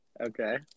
Okay